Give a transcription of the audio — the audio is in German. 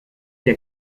wir